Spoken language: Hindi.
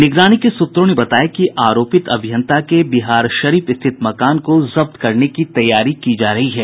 निगरानी के सूत्रों ने बताया कि आरोपित अभियंता के बिहारशरीफ स्थित मकान को जब्त करने की तैयारी की जा रही है